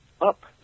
up